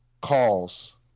calls